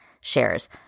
shares